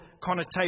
connotation